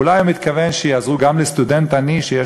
אולי הוא מתכוון שיעזרו גם לסטודנט עני שיש